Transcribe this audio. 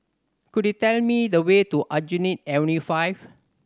could you tell me the way to Aljunied Avenue Five